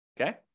Okay